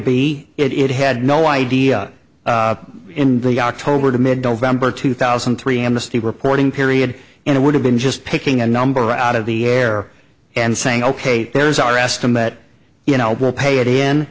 be it had no idea in the october to mid november two thousand and three amnesty reporting period and it would have been just picking a number out of the air and saying ok there's our estimate you know we'll pay it in